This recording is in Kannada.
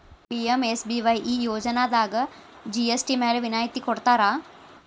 ಪಿ.ಎಂ.ಎಸ್.ಬಿ.ವಾಯ್ ಈ ಯೋಜನಾದಾಗ ಜಿ.ಎಸ್.ಟಿ ಮ್ಯಾಲೆ ವಿನಾಯತಿ ಕೊಡ್ತಾರಾ